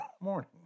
morning